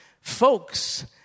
Folks